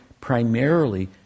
primarily